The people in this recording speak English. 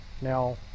now